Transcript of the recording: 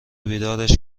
بیدارش